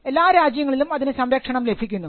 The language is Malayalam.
എല്ലാ രാജ്യങ്ങളിലും അതിന് സംരക്ഷണം ലഭിക്കുന്നു